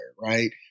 right